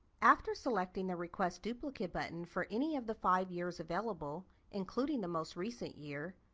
after selecting the request duplicate button for any of the five years available including the most recent year,